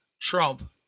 Trump